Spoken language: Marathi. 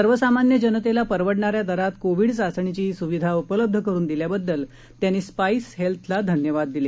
सर्वसामान्य जनतेला परवडणाऱ्या दरात कोविड चाचणीची सुविधा उपलब्ध करून दिल्याबद्दल त्यांनी स्पाईस हेल्थला धन्यवाद दिले